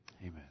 Amen